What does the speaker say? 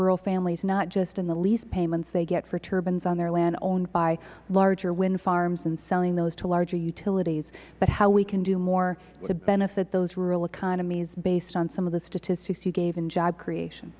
rural families not just in the lease payments they get for turbines on their land owned by larger wind farms and selling those to larger utilities but how we can do more to benefit those rural economies based on some of the statistics you gave in job creation